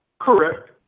Correct